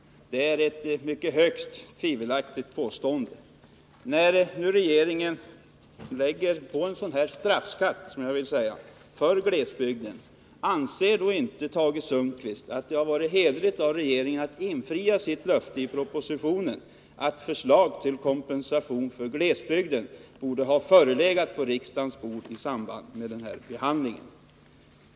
Det är högst tvivelaktigt. När nu regeringen vill lägga en sådan här straffskatt — jag vill kalla den så — på glesbygden, anser inte Tage Sundkvist att det då hade varit hederligt av regeringen att infria sitt löfte i propositionen och att förslag till kompensation för glesbygden borde ha legat på riksdagens bord i samband med behandlingen av denna fråga?